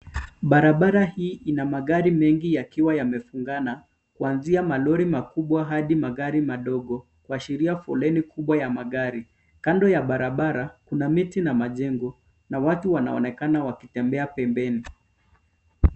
Barabara hii ina magari mengi yakiwa yamefungana, kuanzia malori makubwa hadi magari madogo, kuashiria foleni kubwa ya magari. Kando ya barabara, kuna miti na majengo na watu wanaonekana wakitembea pembeni.